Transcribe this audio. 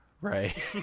Right